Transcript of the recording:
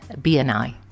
BNI